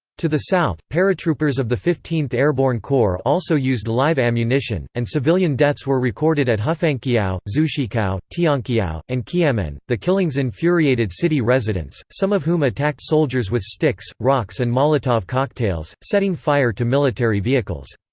to the south, paratroopers of the fifteenth airborne corps also used live ammunition, and civilian deaths were recorded at hufangqiao, zhushikou, tianqiao, and qianmen the killings infuriated city residents, some of whom attacked soldiers with sticks rocks and molotov cocktails, setting fire to military vehicles.